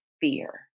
fear